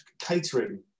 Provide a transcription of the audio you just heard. catering